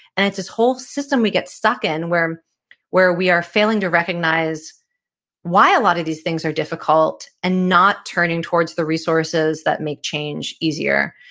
and it's this whole system we get stuck in where where we are failing to recognize why a lot of these things are difficult and not turning towards the resources that make change easier.